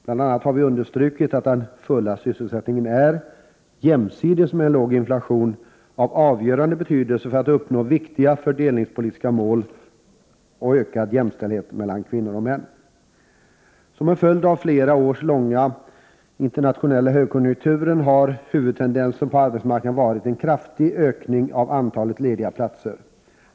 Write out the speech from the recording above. Bl.a. har vi understrukit att den fulla sysselsättningen, jämsides med en låg inflation, är av avgörande betydelse för att uppnå viktiga fördelningspolitiska mål och ökad jämställdhet mellan kvinnor och män. Som en följd av den flera år långa internationella högkonjunkturen har huvudtendensen på arbetsmarknaden varit en kraftig ökning av antalet lediga platser.